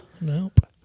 Nope